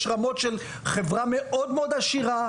יש רמות של חברה מאד מאד עשירה,